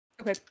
Okay